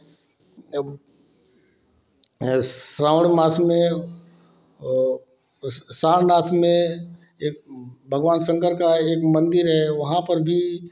श्रावण मास में सारनाथ में एक भगवान शंकर का एक मंदिर है वहाँ पर भी